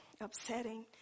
upsetting